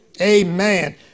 Amen